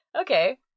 Okay